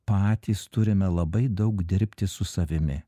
patys turime labai daug dirbti su savimi